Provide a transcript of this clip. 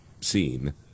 seen